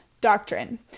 doctrine